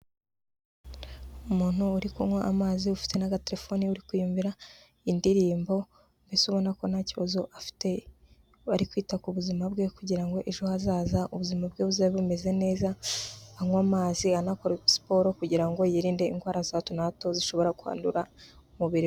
Umuntu uri kunywa amazi ufite n'agaterefoni uri kwiyumvira indirimbo mbese ubona ko nta kibazo afite ari kwita ku buzima bwe kugira ngo ejo hazaza ubuzima bwe buzabe bumeze neza, anywa amazi anakora siporo kugira ngo yirinde indwara za hato na hato zishobora kwandura mu mubiri we.